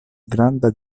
granda